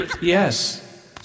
Yes